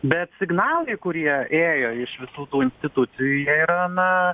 bet signalai kurie ėjo iš visų tų institucijų jie yra na